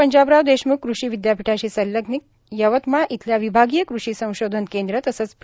पंजाबराव देशमुख कृषी विदयापीठाशी संलग्नित यवतमाळ इथल्या विभागीय कृषी संशोधन केंद्र तसंच प्र